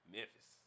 Memphis